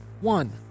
one